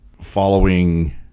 following